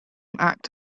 act